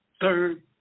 third